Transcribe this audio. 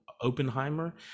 Oppenheimer